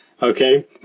Okay